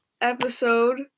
episode